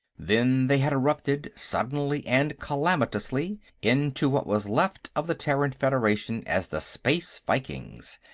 then they had erupted, suddenly and calamitously, into what was left of the terran federation as the space vikings,